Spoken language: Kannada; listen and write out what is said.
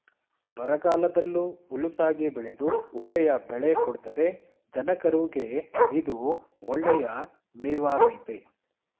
ಬರಗಾಲದಲ್ಲೂ ಹುಲುಸಾಗಿ ಬೆಳೆದು ಒಳ್ಳೆಯ ಬೆಳೆ ಕೊಡ್ತದೆ ದನಕರುಗೆ ಇದು ಒಳ್ಳೆಯ ಮೇವಾಗಾಯ್ತೆ